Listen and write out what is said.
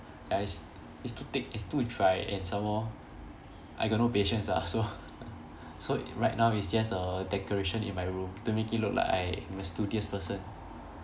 ya it's it's too thick it's too dry and some more I got no patience ah so so right now it's just a decoration in my room to make it look like I am a studious person